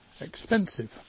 expensive